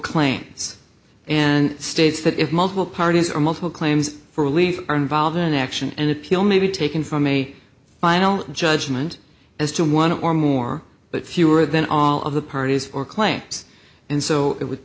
claims and states that if multiple parties or multiple claims for relief are involved in an action and appeal may be taken from a final judgment as to one or more but fewer than all of the parties or claims in so it would